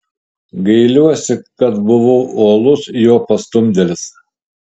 gailiuosi kad buvau uolus jo pastumdėlis